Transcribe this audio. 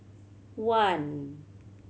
one